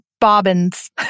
Bobbins